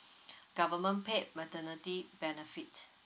government paid maternity benefit